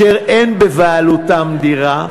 שאין בבעלותם דירה,